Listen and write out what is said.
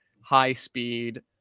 high-speed